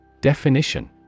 Definition